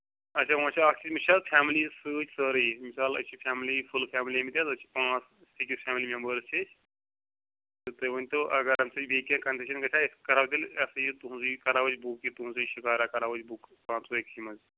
اَچھا وۅنۍ چھِ اَکھ چیٖز مےٚ چھِ حظ فیملی سۭتۍ سٲرٕے مِثال أسۍ چھِ فیملی فُل فیملی آمٕتۍ حظ أسۍ چھِ پانٛژھ سِکِس سیوَن میٚمبٲرٕس چھِ أسۍ تہٕ تُہۍ ؤنۍتَو اگر اَمہِ سۭتۍ بیٚیہِ کیٚنٛہہ کَنسیشَن گژھِ ہا أسۍ کَرہاو تیٚلہِ یا سا یہِ تُہٕنٛزٕے کرہاو أسۍ بُک یہِ تُہٕنٛزٕے شِکارا کرہاو أسۍ بُک پانٛژوٕے أکسٕے منٛز